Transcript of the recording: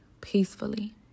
peacefully